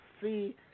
see